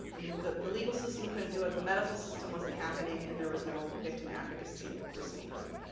i mean, the the legal system couldn't do it, the medical system wasn't happening, and there was no victim advocacy to speak of.